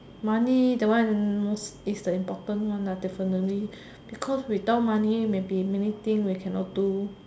money that one is the important one lah definitely because without money maybe many thing we cannot do